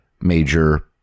major